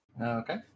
Okay